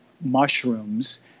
mushrooms